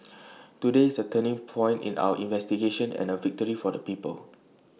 today is A turning point in our investigation and A victory for the people